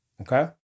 Okay